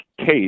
case